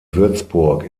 würzburg